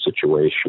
situation